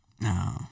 No